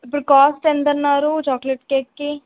ఇప్పుడు కాస్ట్ ఎంతన్నారు చాక్లెట్ కేక్కి